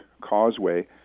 causeway